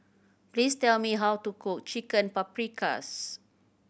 please tell me how to cook Chicken Paprikas